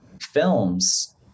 films